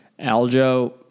Aljo